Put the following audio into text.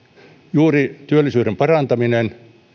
juuri työllisyyden parantaminen